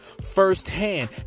firsthand